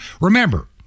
Remember